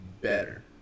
better